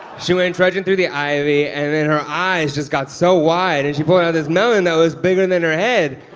she went trudging through the ivy, and then her eyes just got so wide, and she pointed out this melon that was bigger than her head,